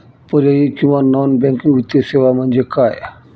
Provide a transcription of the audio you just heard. पर्यायी किंवा non banking वित्तीय सेवा म्हणजे काय?